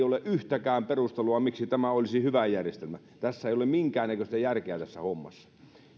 ole yhtäkään perustelua miksi tämä olisi hyvä järjestelmä tässä ei ole minkään näköistä järkeä tässä hommassa